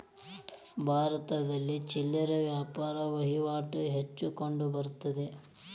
ಭಾರತದಲ್ಲಿ ಚಿಲ್ಲರೆ ವ್ಯಾಪಾರ ವಹಿವಾಟು ಹೆಚ್ಚು ಕಂಡುಬರುತ್ತದೆ